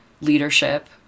leadership